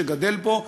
שגדל פה,